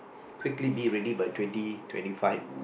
quickly be ready by twenty twenty five